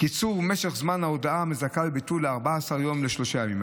קיצור משך זמן ההודעה המזכה בביטול מ-14 יום לשלושה ימים.